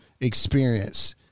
experience